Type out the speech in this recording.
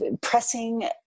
pressing